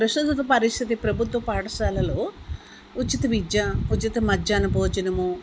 ప్రస్తుత పరిస్థితి ప్రభుత్వ పాఠశాలలో ఉచిత విద్య ఉచిత మధ్యాహ్న భోజనము